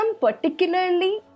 particularly